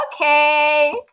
Okay